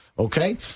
Okay